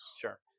Sure